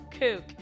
Kook